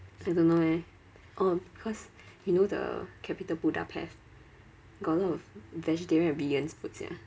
I don't know eh oh cause you know the capital budapest got a lot of vegetarian and vegan food sia